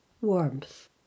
warmth